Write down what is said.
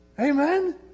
Amen